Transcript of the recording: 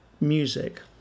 music